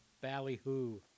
ballyhoo